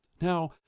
Now